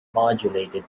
modulated